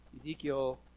Ezekiel